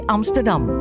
Amsterdam